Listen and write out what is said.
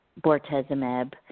bortezomib